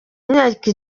imyaka